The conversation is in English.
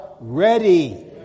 ready